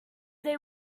they